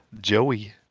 joey